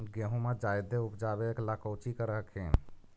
गेहुमा जायदे उपजाबे ला कौची कर हखिन?